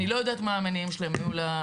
אני לא יודעת מה היו המניעים שלהם להתגייסות.